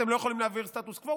אתם לא יכולים להעביר סטטוס קוו?